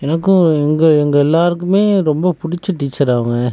எனக்கும் எங்கள் எங்கள் எல்லாேருக்குமே ரொம்ப பிடிச்ச டீச்சர் அவங்க